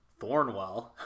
Thornwell